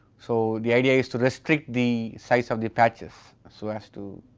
so the idea is to restrict the size of the patches so as to